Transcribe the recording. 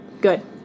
good